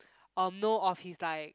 um know of his like